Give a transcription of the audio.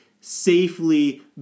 safely